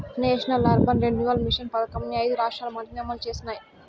national urban renewal mission పథకంని ఐదు రాష్ట్రాలు మాత్రమే అమలు చేసినాయి